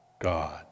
God